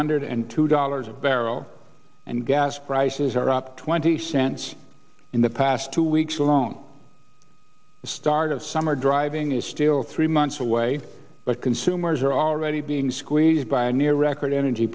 hundred and two dollars a barrel and gas prices are up twenty cents in the past two weeks alone the start of summer driving is still three months away but consumers are already being squeezed by a near record energy